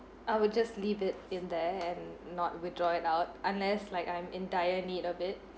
I will just leave it in there and not withdraw it out unless like I'm in dire need of it